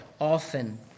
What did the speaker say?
often